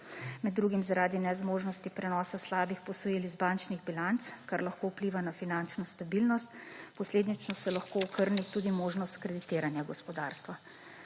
med drugim zaradi nezmožnosti prenosa slabih posojil iz bančnih bilanc, kar lahko vpliva na finančno stabilnost, posledično se lahko okrni tudi možnost kreditiranja gospodarstva.